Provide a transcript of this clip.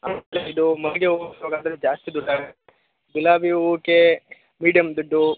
ಆಮೇಲೆ ಇದು ಮಲ್ಲಿಗೆ ಹೂವು ಸೊ ಅಂದರೆ ಜಾಸ್ತಿ ದುಡ್ಡು ಆಗತ್ತೆ ಗುಲಾಬಿ ಹೂವ್ಕೇ ಮಿಡಿಯಮ್ ದುಡ್ಡು